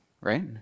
right